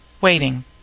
waiting